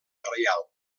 reial